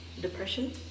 depression